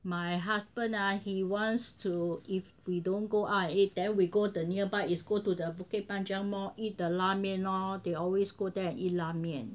my husband ah he wants to if we don't go out and eat then we go the nearby is go to the bukit panjang mall eat the 拉面 lor they always go there and eat 拉面